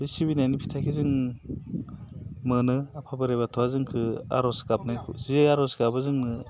बे सिबिनायनि फिथाइखो जों मोनो आफा बोराइ बाथौआ जोंखो आर'ज गाबनायखो जे आर'ज गाबो जोंनो